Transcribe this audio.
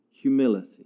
Humility